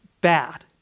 bad